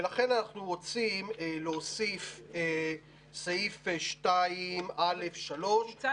ולכן אנחנו רוצים להוסיף סעיף 2א(3) --- אבל ניצן,